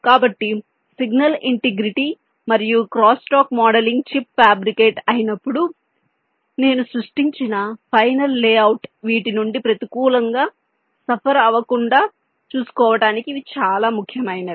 కాబట్టి signal integrity మరియు crosstalk modelling chip fabricate అయినప్పుడు నేను సృష్టించిన ఫైనల్ లేఅవుట్ వీటి నుండి ప్రతికూలంగా సఫర్ అవ్వకుండా చూసుకోవటానికి ఇవి చాలా ముఖ్యమైనవి